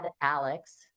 Alex